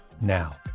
now